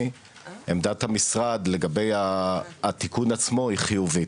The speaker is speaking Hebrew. עמדת המשרד לגבי התיקון עצמו היא חיובית.